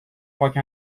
خاک